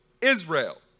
Israel